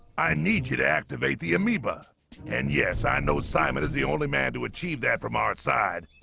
i need you to activate the amoeba and yes i know simon is the only man to achieve that from our side,